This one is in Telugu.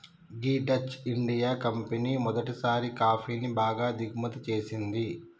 గీ డచ్ ఇండియా కంపెనీ మొదటిసారి కాఫీని బాగా దిగుమతి చేసింది